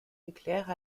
nucléaires